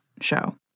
show